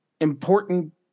important